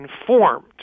informed